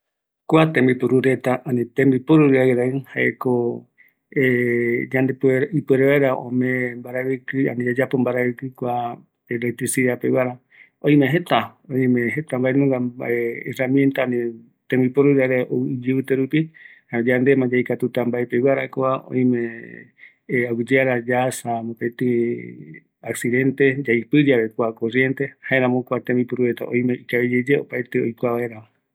Kua tembiporureta jaeko electricidad peguaraiño, öimevi amogue yaiporu ïru mbaravɨkɨ peguara, kuareta oiporu kua oparavɨkɨ kuape va, jaereta oikua jembiporu reta